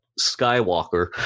Skywalker